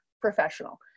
professional